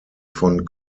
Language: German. von